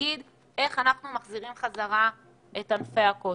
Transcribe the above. ותגיד איך אנחנו מחזירים חזרה את ענפי הכושר.